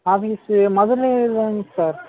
office Madurai தாங்க sir